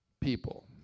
people